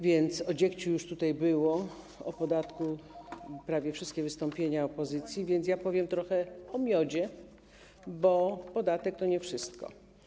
Więc o dziegciu już było, o podatku były prawie wszystkie wystąpienia opozycji, więc ja powiem trochę o miodzie, bo podatek to nie wszystko.